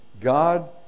God